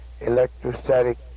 electrostatic